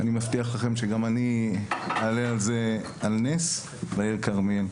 אני מבטיח לכם שגם אני אעלה את זה על נס בעיר כרמיאל.